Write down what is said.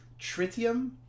tritium